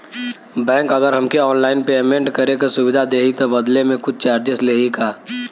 Bank अगर हमके online payment करे के सुविधा देही त बदले में कुछ चार्जेस लेही का?